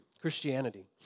Christianity